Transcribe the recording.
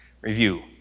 review